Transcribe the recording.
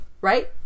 right